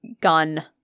gun